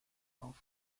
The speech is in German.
auf